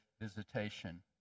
visitation